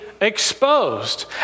exposed